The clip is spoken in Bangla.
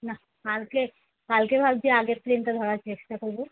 নাহ কালকে কালকে ভাবছি আগের ট্রেনটা ধরার চেষ্টা করবো